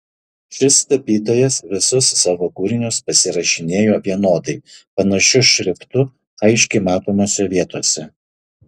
šis tapytojas visus savo kūrinius pasirašinėjo vienodai panašiu šriftu aiškiai matomose vietose